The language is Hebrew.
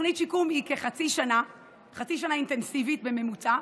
תוכנית שיקום היא כחצי שנה אינטנסיבית בממוצע,